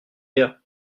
tva